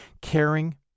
caring